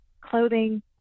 clothing